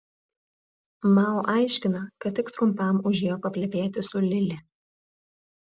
mao aiškina kad tik trumpam užėjo paplepėti su lili